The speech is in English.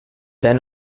then